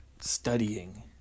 studying